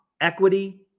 equity